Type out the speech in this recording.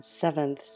seventh